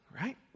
Right